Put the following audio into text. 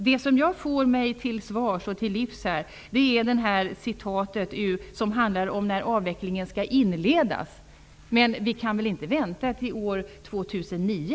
Det jag får som svar och till livs här är citatet om när avvecklingen skall inledas. Vi kan väl inte vänta till år 2009?